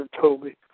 Toby